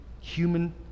human